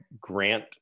grant